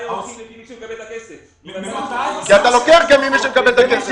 אתה לוקח גם ממי שמקבל את הכסף.